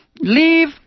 Leave